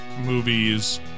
movies